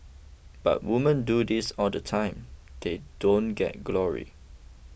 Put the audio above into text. but women do this all the time they don't get glory